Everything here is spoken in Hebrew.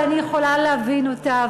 אבל אני יכולה להבין אותה,